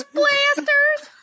blasters